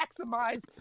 maximize